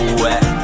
wet